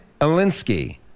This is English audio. Alinsky